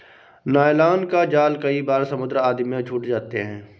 nylon का जाल कई बार समुद्र आदि में छूट जाते हैं